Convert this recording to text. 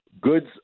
goods